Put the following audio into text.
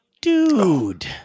Dude